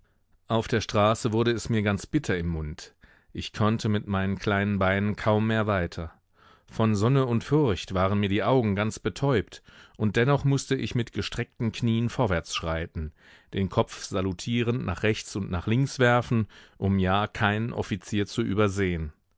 auf der straße wurde es mir ganz bitter im mund ich konnte mit meinen kleinen beinen kaum mehr weiter von sonne und furcht waren mir die augen ganz betäubt und dennoch mußte ich mit gestreckten knien vorwärts schreiten den kopf salutierend nach rechts und nach links werfen um ja keinen offizier zu übersehn